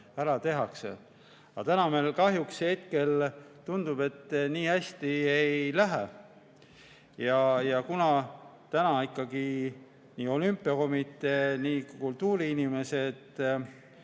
ära tehakse. Täna meil kahjuks, hetkel tundub, nii hästi ei lähe. Ja kuna ikkagi nii olümpiakomitee, kultuuriinimesed,